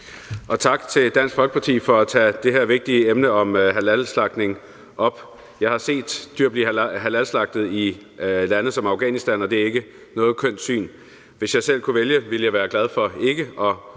Og tak til Dansk Folkeparti for at tage det her vigtige emne, halalslagtning, op. Jeg har set dyr blive halalslagtet i et land som Afghanistan, og det er ikke noget kønt syn. Hvis jeg selv kunne vælge, ville jeg være glad for ikke at